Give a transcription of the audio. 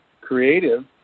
creative